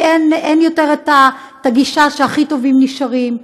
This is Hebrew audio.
כי אין יותר גישה שהכי טובים נשארים.